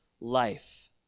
life